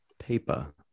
paper